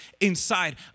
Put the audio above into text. inside